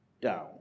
down